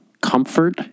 comfort